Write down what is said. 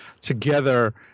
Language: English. together